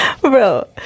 bro